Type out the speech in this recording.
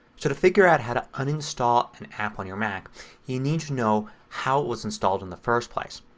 to to figure out how to uninstall an app on your mac you need to know how it was installed in the first place.